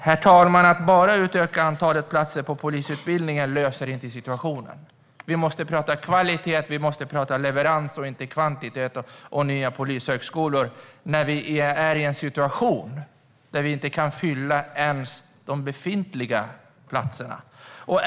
Herr talman! Att bara utöka antalet platser på polisutbildningen löser inte situationen. Vi måste prata kvalitet och leverans och inte kvantitet och nya polishögskolor, när vi är i en situation då vi inte ens kan fylla de befintliga platserna.